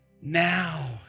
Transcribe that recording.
Now